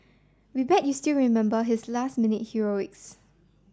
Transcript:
we bet you still remember his last minute heroics